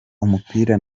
umupira